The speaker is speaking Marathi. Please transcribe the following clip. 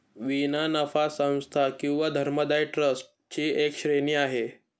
विना नफा संस्था किंवा धर्मदाय ट्रस्ट ची एक श्रेणी आहे